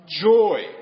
Joy